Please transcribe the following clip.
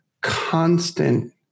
constant